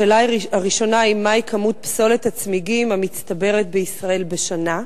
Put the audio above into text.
השאלה הראשונה היא: מהי כמות פסולת הצמיגים המצטברת בישראל בשנה?